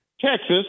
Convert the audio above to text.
Texas